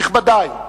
נכבדי,